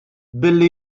billi